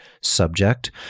subject